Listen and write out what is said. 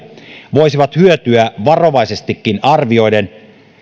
voisivat hyötyä varovaisestikin arvioiden